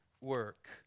work